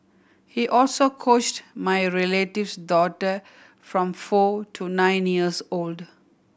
he also coached my relative's daughter from four to nine years old